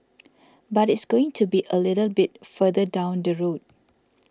but it's going to be a little bit further down the road